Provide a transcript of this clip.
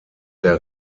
der